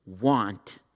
want